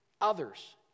others